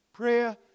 Prayer